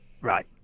Right